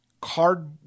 card